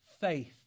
faith